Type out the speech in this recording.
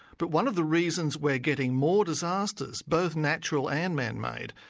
but one of the reasons we're getting more disasters, both natural and man-made,